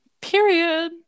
period